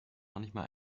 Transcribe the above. manchmal